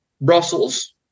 Brussels